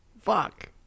Fuck